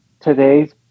today's